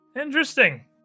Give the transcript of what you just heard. Interesting